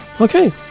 Okay